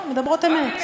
לא, מדברות אמת.